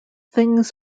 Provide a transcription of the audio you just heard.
things